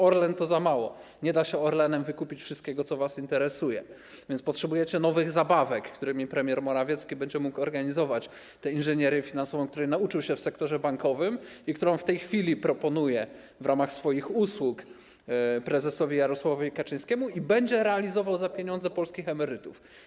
Orlen to za mało, nie da się Orlenem wykupić wszystkiego, co was interesuje, więc potrzebujecie nowych zabawek, którymi premier Morawiecki będzie mógł organizować tę inżynierię finansową, której nauczył się w sektorze bankowym i którą w tej chwili w ramach swoich usług proponuje prezesowi Jarosławowi Kaczyńskiemu i będzie realizował za pieniądze polskich emerytów.